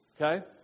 Okay